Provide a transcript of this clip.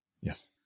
Yes